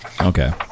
Okay